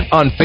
on